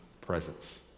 presence